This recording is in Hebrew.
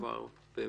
שכבר נמצא בעבודה.